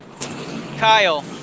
Kyle